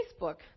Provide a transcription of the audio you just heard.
Facebook